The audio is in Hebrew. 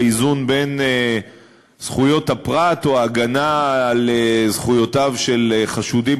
באיזון בין זכויות הפרט או הגנה על זכויות חשודים